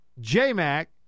J-Mac